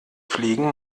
pflegen